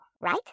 right